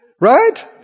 Right